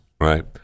right